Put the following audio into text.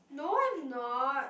no I am not